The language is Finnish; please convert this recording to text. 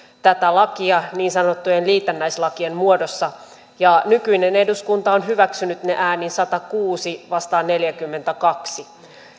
tätä lakia niin sanottujen liitännäislakien muodossa ja nykyinen eduskunta on hyväksynyt ne äänin sataankuuteen vastaan neljäkymmentäkaksi